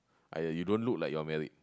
!aiya! you don't look like you're married